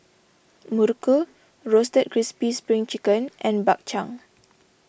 Muruku Roasted Crispy Spring Chicken and Bak Chang